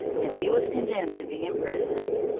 and he was condemned to be imprisoned.